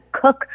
cook